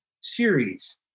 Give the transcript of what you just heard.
series